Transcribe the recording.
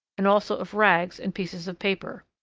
and also of rags and pieces of paper.